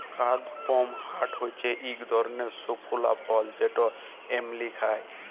কাদপমহাট হচ্যে ইক ধরলের শুকলা ফল যেটা এমলি খায়